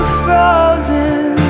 frozen